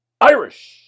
Irish